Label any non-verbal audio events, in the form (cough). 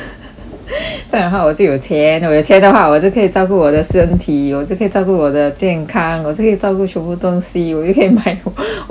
(noise) 这样的话我就有钱我有钱的话我就可以照顾我的身体我就可以照顾我的健康我就可以照顾全部东西我又可以买我又可以